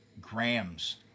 grams